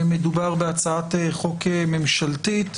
מדובר בהצעת חוק ממשלתית,